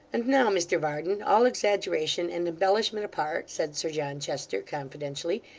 and now, mr varden all exaggeration and embellishment apart said sir john chester, confidentially,